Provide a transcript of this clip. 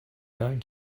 going